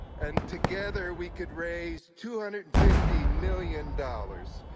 and together we could raise two hundred and fifty million dollars.